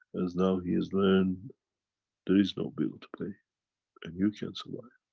as now he is, then there is no bill to pay and you can survive.